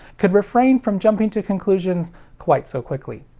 could refrain from jumping to conclusions quite so quickly.